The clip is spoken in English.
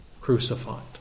crucified